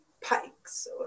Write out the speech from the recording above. Pikes